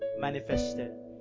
manifested